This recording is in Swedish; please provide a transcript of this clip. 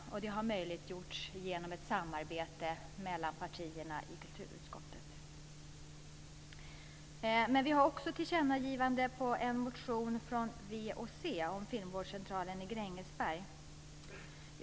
Det har möjliggjorts genom ett samarbete mellan partierna i kulturutskottet. Men utskottet har också ett tillkännagivande angående en motion väckt av v och c om en filmvårdscentral i Grängesberg.